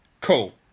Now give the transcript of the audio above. cool